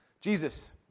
Jesus